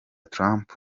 trump